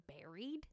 buried